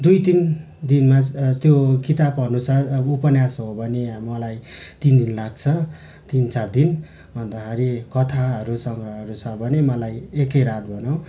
दुई तिन दिनमा त्यो किताब अनुसार अब उपन्यास हो भने अब मलाई तिन दिन लाग्छ तिन चार दिन अन्तखेरि कथाहरू सङ्ग्रहहरू छ भने मलाई एकै रात भनौँ